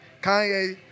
Kanye